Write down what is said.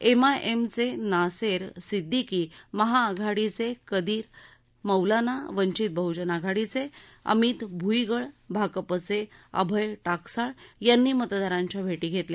एमआयएमचे नासेर सिद्दीकी महाआघाडीचे कदीर मौलाना वंचित बहुजन आघाडीचे अमित भुईगळ भाकपचे अभय टाकसाळ यांनी मतदारांच्या भेटी घेतल्या